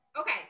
Okay